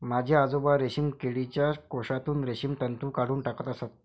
माझे आजोबा रेशीम किडीच्या कोशातून रेशीम तंतू काढून टाकत असत